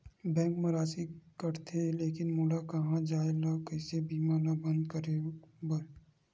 Bank मा राशि कटथे लेकिन मोला कहां जाय ला कइसे बीमा ला बंद करे बार?